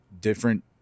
different